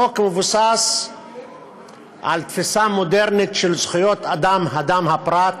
החוק מבוסס על תפיסה מודרנית של זכויות אדם, הפרט,